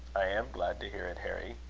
i am glad to hear it, harry.